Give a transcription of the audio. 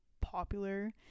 popular